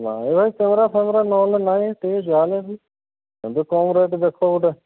ନାଇଁ ମ କ୍ୟାମେରା ଫ୍ୟାମେରା ନହେଲେ ନାହିଁ ସେହି ଯାହେଲେ ବି କମ୍ ରେଟ୍ ଦେଖ ଗୋଟେ